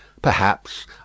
Perhaps